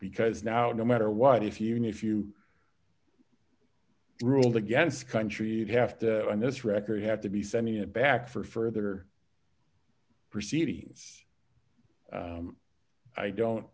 because now it no matter what if you know if you ruled against country you have to on this record have to be sending it back for further proceedings i don't